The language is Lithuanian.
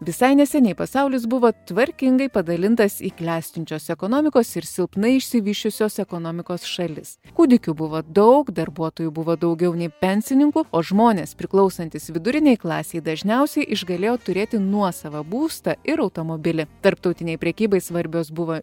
visai neseniai pasaulis buvo tvarkingai padalintas į klestinčios ekonomikos ir silpnai išsivysčiusios ekonomikos šalis kūdikių buvo daug darbuotojų buvo daugiau nei pensininkų o žmonės priklausantys vidurinei klasei dažniausiai išgalėjo turėti nuosavą būstą ir automobilį tarptautinei prekybai svarbios buvo